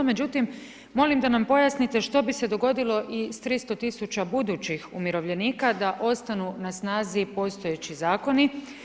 Međutim, molim da nam pojasnite, što bi se dogodilo i s 300 tisuća budućih umirovljenika, da ostanu na snazi postojeći zakoni.